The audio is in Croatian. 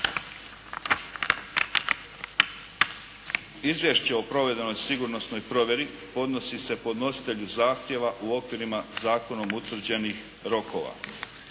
Izvješće o provedenoj sigurnosnoj provjeri podnosi se podnositelju zahtjeva u okvirima zakonom utvrđenih rokova.